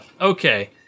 Okay